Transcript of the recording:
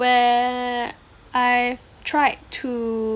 when I've tried to